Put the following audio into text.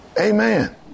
Amen